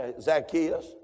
Zacchaeus